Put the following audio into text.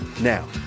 Now